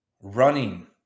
running